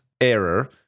error